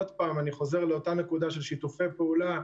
עוד פעם אני חוזר לאותה נקודה של שיתופי פעולה,